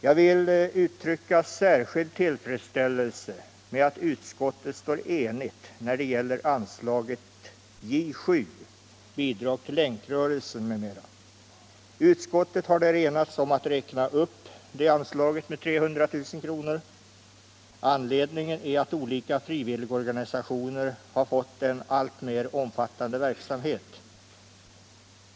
Jag vill uttrycka särskild tillfredsställelse över att utskottet står enigt när det gäller anslaget J 7, Bidrag till Länkrörelsen m.m. Utskottet har enats om att räkna upp detta anslag med 300 000 kr. Anledningen är att olika frivilligorganisationer har fått en alltmer omfattande verksamhet.